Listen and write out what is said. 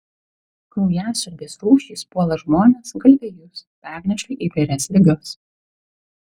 kraujasiurbės rūšys puola žmones galvijus perneša įvairias ligas